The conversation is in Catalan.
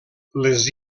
les